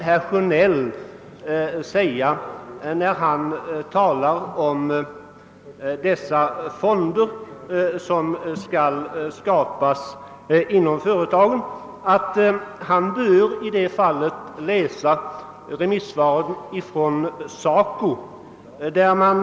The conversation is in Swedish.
När herr Sjönell talar om de fonder som skall skapas inom företagen skulle jag när jag har ordet vilja säga att han i det fallet bör läsa SACO:s remissvar.